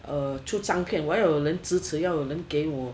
uh 出长片我有人支持要有人给我